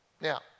Now